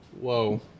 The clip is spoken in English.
whoa